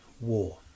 war